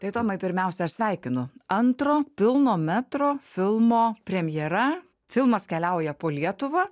tai tomai pirmiausia aš sveikinu antro pilno metro filmo premjera filmas keliauja po lietuvą